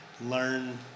learn